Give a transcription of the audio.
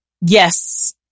Yes